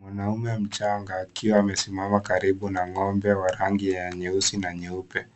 Mwanaume mchanga akiwa amesimama karibu na ng'ombe wa rangi ya nyeusi na nyeupe,